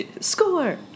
Score